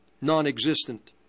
non-existent